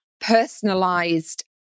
personalized